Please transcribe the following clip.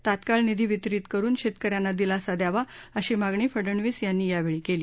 तत्काळ निधी वितरित करुन शेतकऱ्यांना दिलासा द्यावा अशी मागणी फडनवीस यांनी यावेळी केली